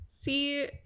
See